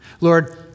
Lord